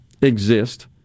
exist